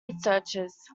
researchers